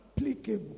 applicable